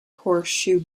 horseshoe